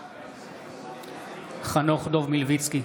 בעד חנוך דב מלביצקי,